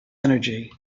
energy